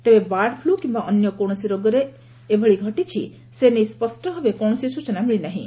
ତେବେ bird flu କିମ୍ମା ଅନ୍ୟ କୌଣସି ରୋଗ ଯୋଗୁଁ ଏଭଳି ଘଟିଛି ସେ ନେଇ ସ୍ୱଷ୍ ଭାବେ କୌଣସି ସ୍ୱଚନା ମିଳିନାହିଁ